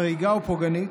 חריגה ופוגענית,